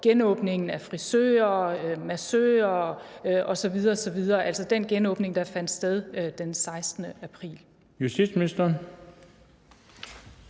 genåbningen af frisører, massører osv. osv., altså den genåbning, der fandt sted den 16. april.